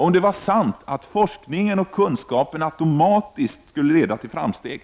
Om det vore sant att forskningen och kunskapen automatiskt ledde till framsteg